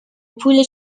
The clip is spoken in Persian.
پول